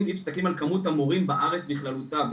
אם מסתכלים על כמות המורים בארץ בכללותה,